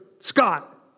Scott